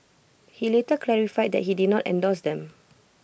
he later clarified that he did not endorse them